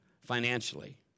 financially